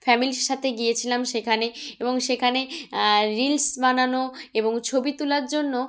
ফ্যামিলির সাথে গিয়েছিলাম সেখানে এবং সেখানে রিলস বানানো এবং ছবি তোলার জন্য